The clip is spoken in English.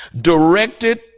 directed